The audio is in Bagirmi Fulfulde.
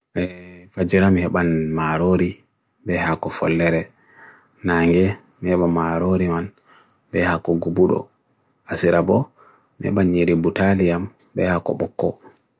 Fajiram hiye ban marori be hako falere nange, hiye ban marori ban be hako guburo asera bo, hiye ban nyeri butaliam be hako boko.